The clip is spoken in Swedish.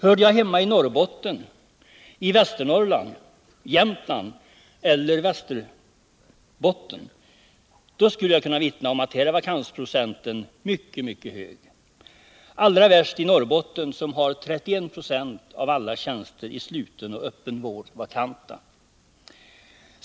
Hörde jag hemma i Norrbotten, i Västernorrland, Jämtland eller i Västerbotten skulle jag vittna om att vakansprocenten där är mycket hög, allra värst i Norrbotten som har 31 96 av alla tjänster i sluten och öppen vård vakanta.